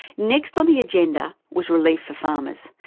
next on the agenda was relief for farmers,